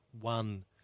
One